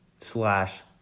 slash